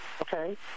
okay